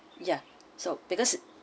yeah so because